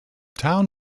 town